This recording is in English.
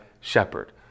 shepherd